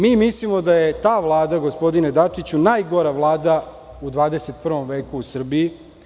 Mislimo da je ta Vlada gospodine Dačiću, najgora Vlada u 21. veku u Srbiji.